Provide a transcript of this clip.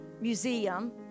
Museum